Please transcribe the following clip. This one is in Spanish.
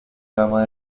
gama